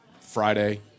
Friday